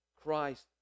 Christ